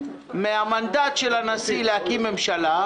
מהמנדט של הנשיא להקים ממשלה,